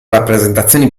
rappresentazioni